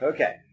Okay